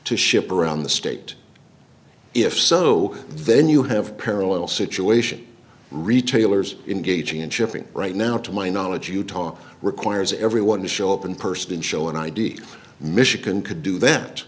to ship around the state if so then you have parallel situation retailers in gauging and shipping right now to my knowledge utah requires everyone to show up in person show and id michigan could do that